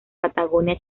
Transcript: patagonia